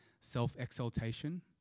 self-exaltation